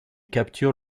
capture